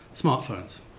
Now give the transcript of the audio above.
smartphones